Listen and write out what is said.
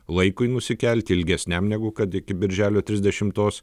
laikui nusikelti ilgesniam negu kad iki birželio trisdešimtos